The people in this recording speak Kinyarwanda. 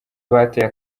bateye